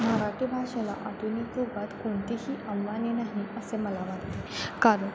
मराठी भाषेला आधुनिक युगात कोणतीही आव्हाने नाही असे मला वाटते कारण